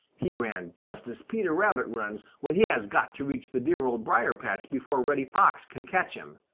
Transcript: he ran just as peter rabbit runs when he has got to reach the dear old briar-patch before reddy fox can catch him,